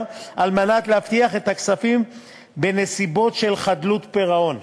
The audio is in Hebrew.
על מנת להבטיח את הכספים בנסיבות של חדלות פירעון,